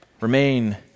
remain